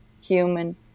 human